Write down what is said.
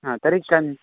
ह तर्हि कन्